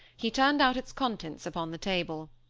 he turned out its contents upon the table.